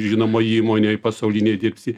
žinomoj įmonėj pasaulinėj dirbsi